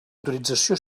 autorització